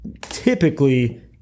typically